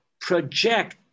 project